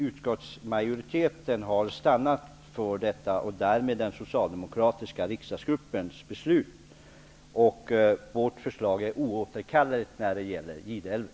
Utskottsmajoriteten har stannat för den socialdemokratiska riksdagsgruppens beslut. Vårt förslag är oåterkalleligt när det gäller Gideälven.